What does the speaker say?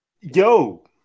Yo